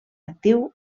actiu